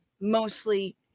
Mostly